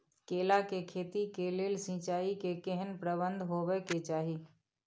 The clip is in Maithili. केला के खेती के लेल सिंचाई के केहेन प्रबंध होबय के चाही?